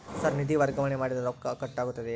Sir ನಿಧಿ ವರ್ಗಾವಣೆ ಮಾಡಿದರೆ ರೊಕ್ಕ ಕಟ್ ಆಗುತ್ತದೆಯೆ?